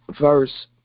verse